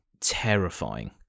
terrifying